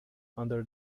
under